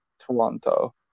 Toronto